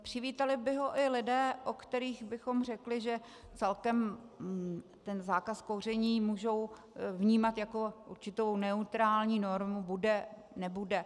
Přivítali by ho i lidé, o kterých bychom řekli, že celkem ten zákaz kouření můžou vnímat jako určitou neutrální normu, bude, nebude.